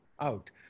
out